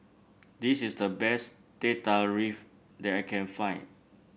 this is the best Teh Tarik that I can find